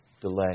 delay